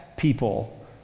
people